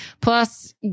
plus